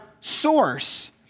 source